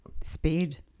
Speed